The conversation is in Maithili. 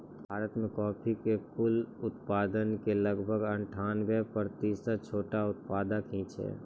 भारत मॅ कॉफी के कुल उत्पादन के लगभग अनठानबे प्रतिशत छोटो उत्पादक हीं छै